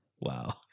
Wow